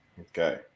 okay